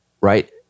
right